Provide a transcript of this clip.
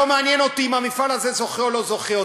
לא מעניין אותי אם המפעל הזה זוכה או לא זוכה,